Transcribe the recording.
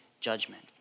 judgment